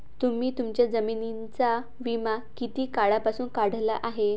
तुम्ही तुमच्या जमिनींचा विमा किती काळापासून काढला आहे?